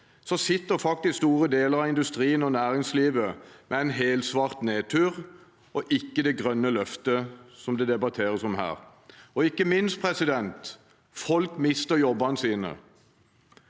sitter faktisk store deler av industrien og næringslivet med en helsvart nedtur, ikke det grønne løftet som det debatteres om her. Ikke minst: Folk mister jobbene sine.